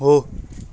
हो